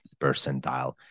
percentile